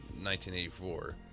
1984